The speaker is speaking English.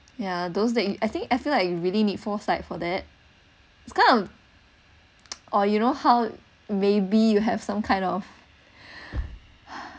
yeah those that you I think I feel like you really need foresight for that it's kind of or you know how maybe you have some kind of